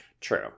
True